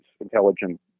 intelligent